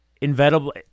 inevitable